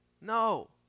No